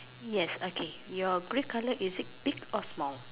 yes okay your grey colour is it big or small